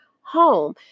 home